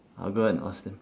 I will go and ask them